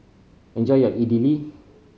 enjoy your Idili